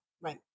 right